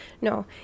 No